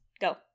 Go